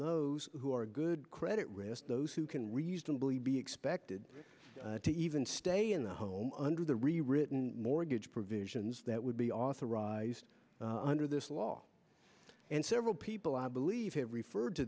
those who are a good credit risk those who can reasonably be expected to even stay in the home under the rewritten mortgage provisions that would be authorized under this law and several people i believe have referred to